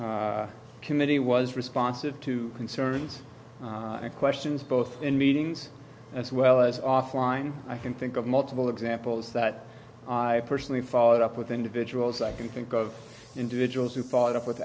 the committee was responsive to concerns and questions both in meetings as well as offline i can think of multiple examples that i personally followed up with individuals i can think of individuals who followed up with